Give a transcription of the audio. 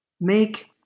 make